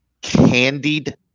Candied